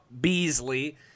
Beasley